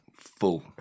Full